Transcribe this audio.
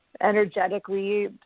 energetically